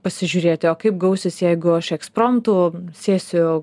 pasižiūrėti o kaip gausis jeigu aš ekspromtu sėsiu